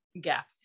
gap